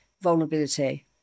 vulnerability